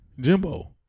Jimbo